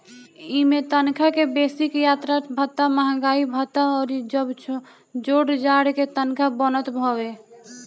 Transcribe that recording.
इमें तनखा के बेसिक, यात्रा भत्ता, महंगाई भत्ता अउरी जब जोड़ जाड़ के तनखा बनत हवे